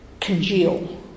congeal